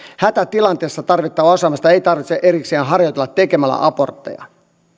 hätätilanteessa tarvittavaa osaamista ei tarvitse erikseen harjoitella tekemällä abortteja